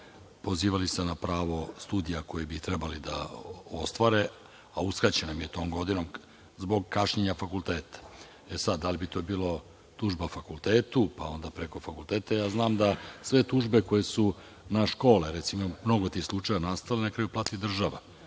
Pozivali su se na pravo studija koji bi trebali da ostvare, a uskraćena im je tom godinom zbog kašnjenja fakulteta.E sada, da li bi to bilo tužba fakultetu, pa onda preko fakulteta. Ja znam da, sve tužbe koje su na škole, recimo, ima mnogo tih slučajeva, na kraju plati država.